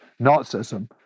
Nazism